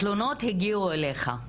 התלונות הגיעו אליך.